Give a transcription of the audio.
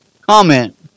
comment